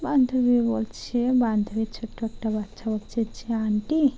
বান্ধবী বলছে বান্ধবীর ছোট্ট একটা বাচ্চা বলছে যে আন্টি